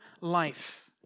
life